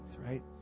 right